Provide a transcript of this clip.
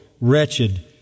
wretched